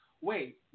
wait